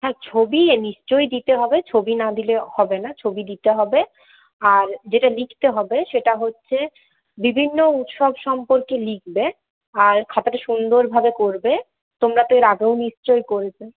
হ্যাঁ ছবি নিশ্চয়ই দিতে হবে ছবি না দিলে হবে না ছবি দিতে হবে আর যেটা লিখতে হবে সেটা হচ্ছে বিভিন্ন উৎসব সম্পর্কে লিখবে আর খাতাটা সুন্দরভাবে করবে তোমরা তো এর আগেও নিশ্চয়ই করেছো